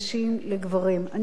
אני אינני יודעת למה.